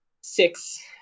six